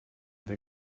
wir